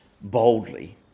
boldly